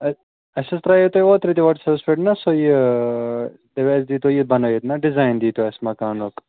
اَس اَسہِ حظ ترٛایے تۄہہِ اوترٕ تہِ وَٹٕس اَپَس پٮ۪ٹھ نا سُہ یہِ دۄپیو اَسہِ دیٖتو یہِ بَنٲیِتھ نا ڈِزایِن دیٖتَو اَسہِ مکانُک